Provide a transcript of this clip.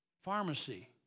Pharmacy